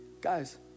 Guys